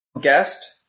guest